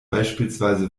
beispielsweise